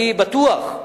אני בטוח,